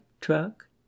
truck